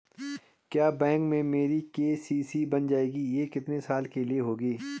क्या बैंक में मेरी के.सी.सी बन जाएगी ये कितने साल के लिए होगी?